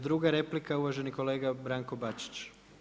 Druga replika, uvaženi kolega Branko Bačić.